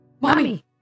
Mommy